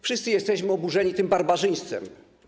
Wszyscy jesteśmy oburzeni tym barbarzyństwem.